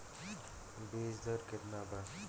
बीज दर केतना बा?